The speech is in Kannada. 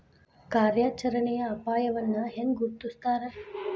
ಕಾರ್ಯಾಚರಣೆಯ ಅಪಾಯವನ್ನ ಹೆಂಗ ಗುರ್ತುಸ್ತಾರ